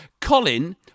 Colin